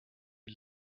die